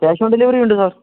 cash on delivery ഉണ്ട് sir